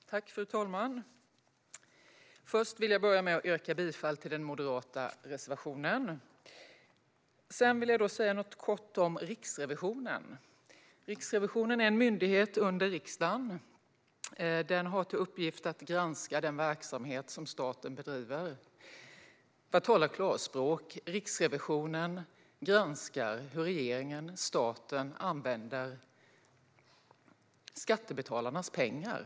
Riksrevisionens rapport om lärdomar av flyktingsituationen hösten 2015 Fru talman! Jag vill börja med att yrka bifall till den moderata reservationen. Sedan vill jag säga något kort om Riksrevisionen. Riksrevisionen är en myndighet under riksdagen. Den har till uppgift att granska den verksamhet som staten bedriver. För att tala klarspråk: Riksrevisionen granskar hur regeringen, staten, använder skattebetalarnas pengar.